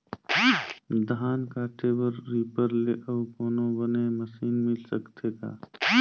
धान काटे बर रीपर ले अउ कोनो बने मशीन मिल सकथे का?